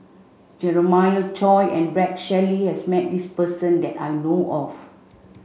Jeremiah Choy and Rex Shelley has met this person that I know of